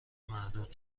مردود